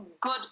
good